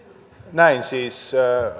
näin siis